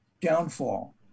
Downfall